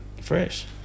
fresh